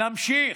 נמשיך.